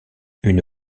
une